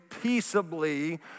peaceably